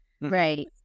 Right